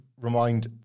remind